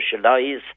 socialise